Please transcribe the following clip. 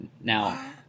Now